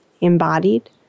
embodied